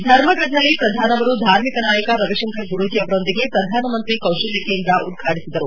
ಧರ್ಮಗಢ್ನಲ್ಲಿ ಪ್ರಧಾನ್ ಅವರು ಧಾರ್ಮಿಕ ನಾಯಕ ರವಿಶಂಕರ ಗುರೂಜಿ ಅವರೊಂದಿಗೆ ಪ್ರಧಾನಮಂತ್ರಿ ಕೌಶಲ್ಯ ಕೇಂದ್ರ ಉದ್ಘಾಟಿಸಿದರು